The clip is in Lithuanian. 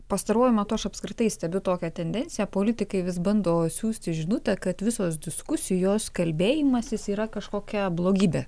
pastaruoju metu aš apskritai stebiu tokią tendenciją politikai vis bando siųsti žinutę kad visos diskusijos kalbėjimasis yra kažkokia blogybė